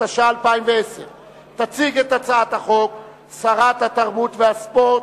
התש"ע 2010. תציג את הצעת החוק שרת התרבות והספורט,